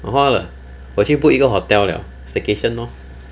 我花了我去 book 一个 hotel 了 staycation lor